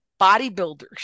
bodybuilders